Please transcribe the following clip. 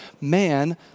man